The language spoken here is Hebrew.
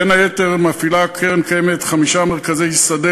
בין היתר מפעילה קרן קיימת חמישה מרכזי שדה